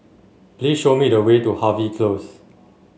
please show me the way to Harvey Close